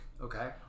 Okay